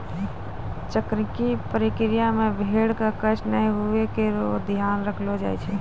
crutching प्रक्रिया मे भेड़ क कष्ट नै हुये एकरो ध्यान रखलो जाय छै